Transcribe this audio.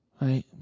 Right